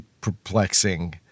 perplexing